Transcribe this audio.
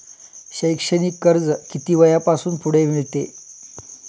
शैक्षणिक कर्ज किती वयापासून पुढे मिळते?